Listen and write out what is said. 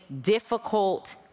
difficult